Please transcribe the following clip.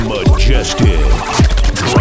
Majestic